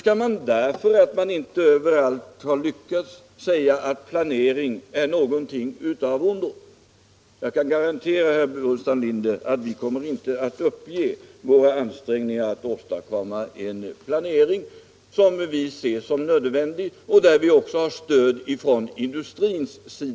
Skall man, därför att man inte överallt har lyckats, säga att planering är av ondo? Jag kan garantera herr Burenstam Linder att vi inte kommer alt ge upp våra ansträngningar att åstadkomma en planering som vi ser som nödvändig och där vi har stöd från industrin.